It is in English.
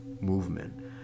movement